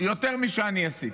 יותר משאני עשיתי,